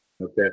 Okay